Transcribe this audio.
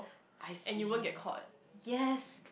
I see yes